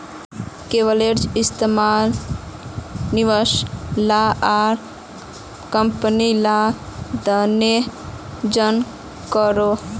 leverage इस्तेमाल निवेशक ला आर कम्पनी ला दनोह जन करोहो